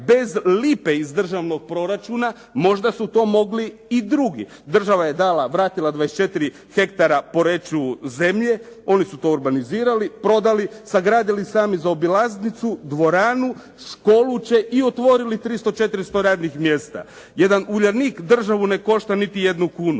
bez lipe iz državnog proračuna, možda su to mogli i drugi. Država je dala, vratila 24 hektara Poreču zemlje, oni su to urbanizirali, prodali, sagradili sami zaobilaznicu, dvoranu, školu će i otvorili 300-400 radnih mjesta. Jedan Uljanik državu ne košta niti jednu kunu.